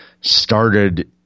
started